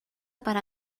para